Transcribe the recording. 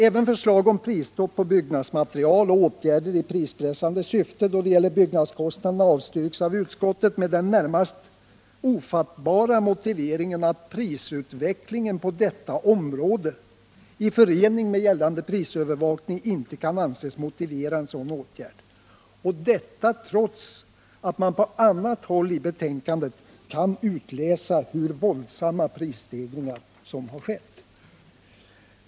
Även förslag om prisstopp på byggnadsmaterial och åtgärder i prispressande syfte då det gäller byggnadskostnaderna avstyrks av utskottet med den närmast ofattbara motiveringen att prisutvecklingen på detta område i förening med gällande prisövervakning inte kan anses motivera en sådan åtgärd. Detta görs trots att man på annat håll i betänkandet kan utläsa vilka våldsamma prisstegringar som har ägt rum.